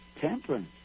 temperance